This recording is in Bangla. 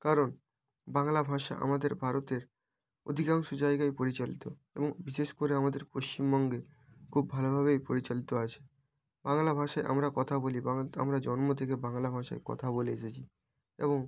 কারণ বাংলা ভাষা আমাদের ভারতের অধিকাংশ জায়গায় পরিচালিত এবং বিশেষ করে আমাদের পশ্চিমবঙ্গে খুব ভালোভাবেই পরিচালিত আছে বাংলা ভাষায় আমরা কথা বলি বাঙাল তো আমরা জন্ম থেকে বাংলা ভাষায় কথা বলে এসেছি এবং